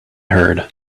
heard